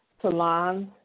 salons